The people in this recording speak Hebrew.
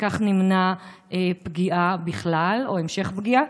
כך נמנע פגיעה בכלל או המשך פגיעה,